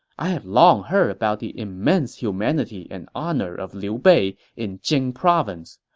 i have long heard about the immense humanity and honor of liu bei in jing province.